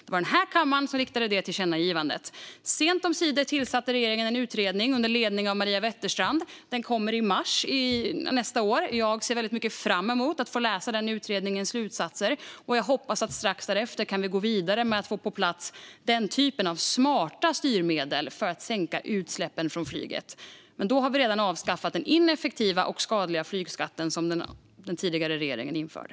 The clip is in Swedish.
Det var denna kammare som riktade tillkännagivandet till regeringen. Sent omsider tillsattes en utredning under ledning av Maria Wetterstrand. Den kommer i mars nästa år, och jag ser mycket fram emot att få läsa dess slutsatser. Jag hoppas att vi strax därefter kan gå vidare och få smarta styrmedel på plats för att sänka utsläppen från flyget. Men då har vi redan avskaffat den ineffektiva och skadliga flygskatt som den tidigare regeringen införde.